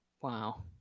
Wow